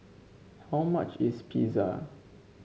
how much is Pizza